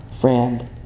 friend